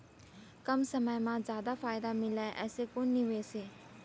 कम समय मा जादा फायदा मिलए ऐसे कोन निवेश हे?